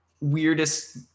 weirdest